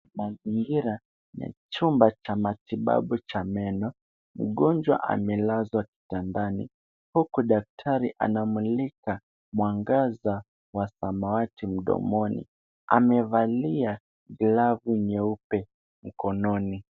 Mazingira ni ya chumba cha matibabu cha meno. Mgonjwa amelazwa kitandani huku daktari anamulika mwangaza wa samawati mdomoni. Amevalia glavu nyeupe mkononi.